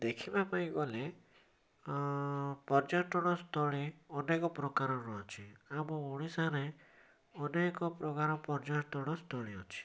ଦେଖିବା ପାଇଁ ଗଲେ ପର୍ଯ୍ୟଟନ ସ୍ଥଳୀ ଅନେକ ପ୍ରକାର ର ଅଛି ଆମ ଓଡ଼ିଶା ରେ ଅନେକ ପ୍ରକାର ପର୍ଯ୍ୟଟନସ୍ଥଳୀ ଅଛି